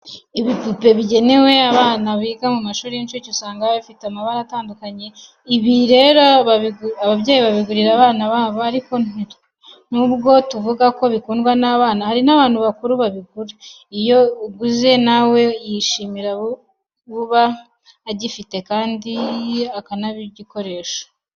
Ibipupe bigenewe abana biga mu mashuri y'incuke, usanga biba bifite amabara atandukanye. Ibi rero ababyeyi babigurira abana ariko nubwo tuvuga ko bikundwa n'abana, hari n'abantu bakuru babigura. Iyo akiguze na we yishimira buba agifite kandi akanagikoresha.